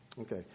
Okay